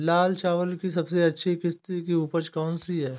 लाल चावल की सबसे अच्छी किश्त की उपज कौन सी है?